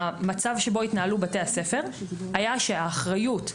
המצב בו התנהלו בתי הספר היה כזה שבו האחריות נפלה,